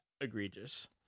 egregious